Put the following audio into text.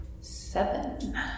Seven